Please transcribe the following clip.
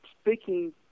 speaking